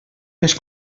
més